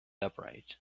upright